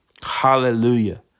Hallelujah